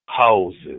Houses